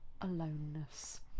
aloneness